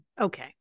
Okay